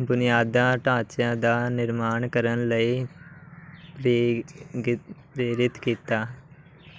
ਬੁਨਿਆਦਾਂ ਢਾਂਚਿਆਂ ਦਾ ਨਿਰਮਾਣ ਕਰਨ ਲਈ ਕੀ ਪ੍ਰੇਰਿਤ ਕੀਤਾ